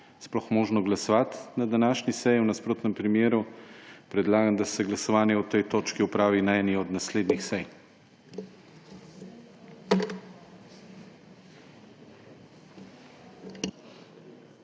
sploh možno glasovati na današnji seji. V nasprotnem primeru predlagam, da se glasovanje o tej točki opravi na eni od naslednjih sej.